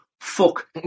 fuck